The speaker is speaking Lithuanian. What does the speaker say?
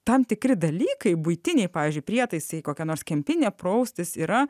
tam tikri dalykai buitiniai pavyzdžiui prietaisai kokia nors kempinė praustis yra